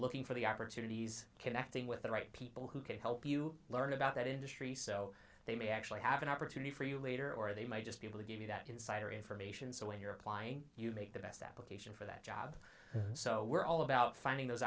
looking for the opportunities connecting with the right people who can help you learn about that industry so they may actually have an opportunity for you later or they may just be able to give you that insider information so when you're applying you make the best application for that job so we're all about finding those